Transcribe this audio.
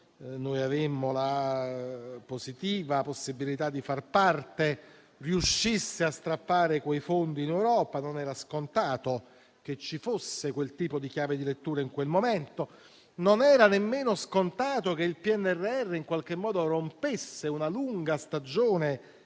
noi avemmo la positiva possibilità di far parte, riuscisse a strappare quei fondi in Europa. Non era scontato che ci fosse quel tipo di chiave di lettura in quel momento; non era nemmeno scontato che il PNRR in qualche modo rompesse una lunga stagione